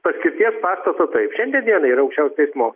paskirties pastato taip šiandien dienai yra aukščiausio teismo